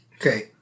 Okay